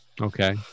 Okay